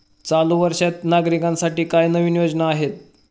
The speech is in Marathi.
चालू वर्षात नागरिकांसाठी काय नवीन योजना आहेत?